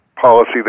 policy